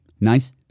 Nice